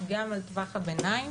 גם על טווח הביניים